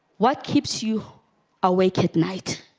what keeps you awake at night